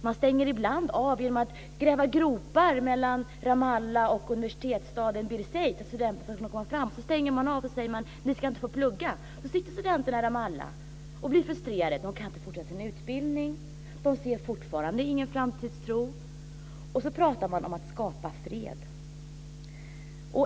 Man stänger ibland av genom att gräva gropar mellan Ramallah och en annan universitetsstad för att studenterna inte ska kunna ta sig fram. Så säger man att de inte ska få plugga. Då sitter studenterna kvar i Ramallah och blir frustrerade. De kan inte fortsätta sin utbildning. De har fortfarande ingen framtidstro. Sedan pratar man om att skapa fred!